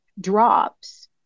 drops